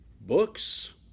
books